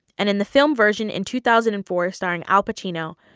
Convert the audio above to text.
and in the film version in two thousand and four starring al pacino,